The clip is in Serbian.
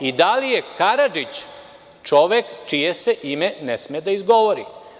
Da li je Karadžić čovek čije ime ne sme da se izgovori?